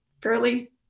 fairly